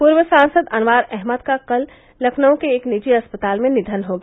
पूर्व सांसद अनवार अहमद का कल लखनऊ के एक निजी अस्पताल में निधन हो गया